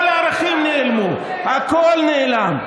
כל הערכים נעלמו, הכול נעלם.